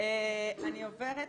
אני עוברת